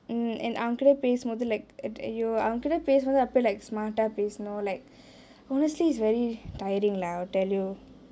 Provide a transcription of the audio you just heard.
mm and அவங்ககூடே பேசும்போது:avangakoodae pesumpothu like !aiyo! அவங்ககூடே பேசும்போது அப்டியே:avangakoodae pesumpothu apdiye like smart டா பேசுனும்:taa pesunum like honestly it's very tiring lah I'll tell you